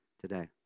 today